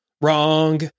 Wrong